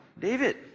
David